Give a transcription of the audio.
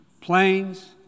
Planes